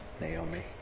Naomi